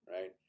right